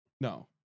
No